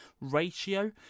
ratio